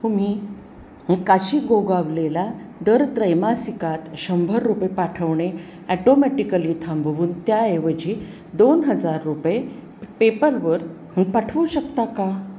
तुम्ही काशी गोगावलेला दर त्रैमासिकात शंभर रुपये पाठवणे ॲटोमॅटिकली थांबवून त्याऐवजी दोन हजार रुपये पेपलवर पाठवू शकता का